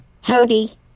Howdy